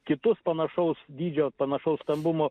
kitus panašaus dydžio panašaus stambumo